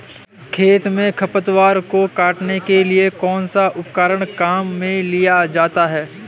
खेत में खरपतवार को काटने के लिए कौनसा उपकरण काम में लिया जाता है?